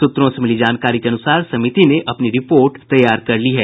सूत्रों से मिली जानकारी के अनुसार समिति ने अपनी रिपोर्ट तैयार कर ली है